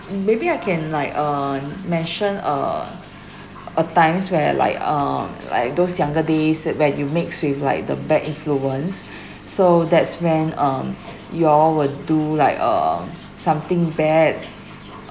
maybe I can like uh mention uh a times where like um like those younger days where you mix with like the bad influence so that's when um you all would do like um something bad uh